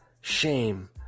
shame